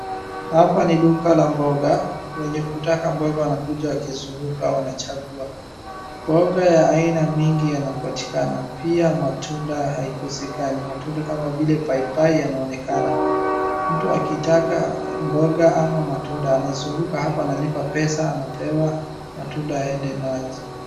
Hapa ni duka la mboga wenye kutaka mboga wanakuja wakizunguka wanachagua. Mboga ya aina mingi yanapatikana pia matunda haikosekani. Matunda kama vile paipai yanaonekana. Mtu akitaka mboga ama matunda anazunguka hapa analipa pesa anapewa matunda aende nazo.